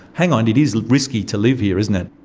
hang on, it is risky to live here isn't it.